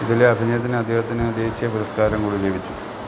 ഇതിലെ അഭിനയത്തിന് അദ്ദേഹത്തിന് ദേശീയ പുരസ്കാരം കൂടി ലഭിച്ചു